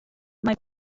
mae